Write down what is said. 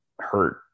hurt